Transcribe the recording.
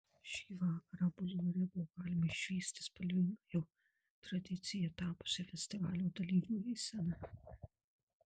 šį vakarą bulvare buvo galima išvysti spalvingą jau tradicija tapusią festivalio dalyvių eiseną